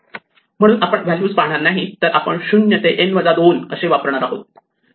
म्हणून आपण व्हॅल्यू पाहणार नाहीत तर आपण फक्त 0 ते n 2 असे वापरणार आहोत